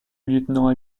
lieutenant